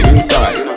Inside